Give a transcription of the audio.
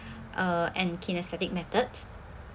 uh and kinaesthetic methods